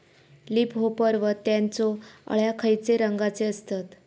Leaf hopper व त्यानचो अळ्या खैचे रंगाचे असतत?